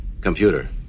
Computer